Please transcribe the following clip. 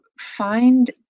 find